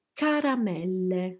caramelle